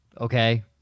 okay